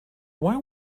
why